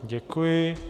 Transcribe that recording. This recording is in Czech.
Děkuji.